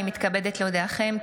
אני מתכבדת להודיעכם,